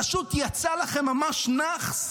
פשוט יצא לכם ממש נאחס